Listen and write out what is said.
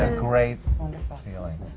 ah great feeling.